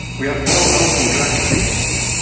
we have no open drug scenes.